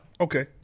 Okay